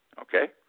okay